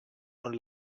und